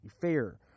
fair